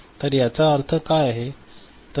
तर याचा अर्थ काय आहे